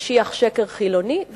משיח שקר חילוני,